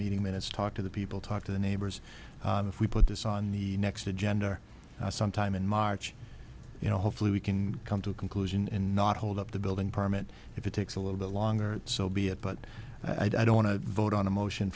meeting minutes talk to the people talk to the neighbors if we put this on the next agenda sometime in march you know hopefully we can come to a conclusion and not hold up the building permit if it takes a little bit longer so be it but i don't want to vote on a motion